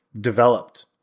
developed